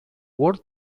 word